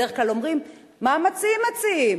בדרך כלל אומרים: מה המציעים מציעים?